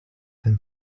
than